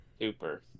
Super